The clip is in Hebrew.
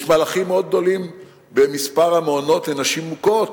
יש מהלכים מאוד גדולים במספר המעונות לנשים מוכות.